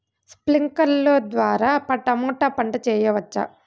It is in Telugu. స్ప్రింక్లర్లు ద్వారా టమోటా పంట చేయవచ్చా?